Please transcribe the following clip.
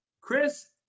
Chris